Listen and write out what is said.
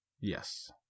Yes